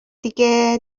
دیگه